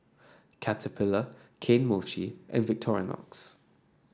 Caterpillar Kane Mochi and Victorinox